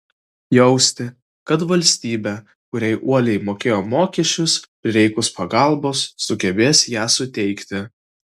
jausti kad valstybė kuriai uoliai mokėjo mokesčius prireikus pagalbos sugebės ją suteikti